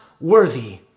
worthy